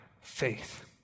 faith